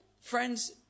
friends